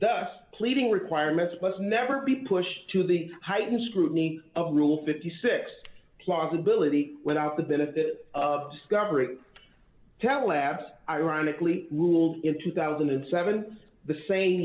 thus pleading requirements must never be pushed to the heightened scrutiny of rule fifty six dollars plausibility without the benefit of discovery tell labs ironically rules in two thousand and seven the sa